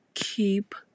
keep